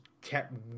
kept